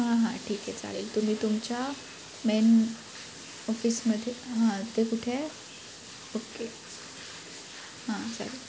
हां हां ठीक आहे चालेल तुम्ही तुमच्या मेन ऑफिसमध्ये हां ते कुठे आहे ओके हां चालेल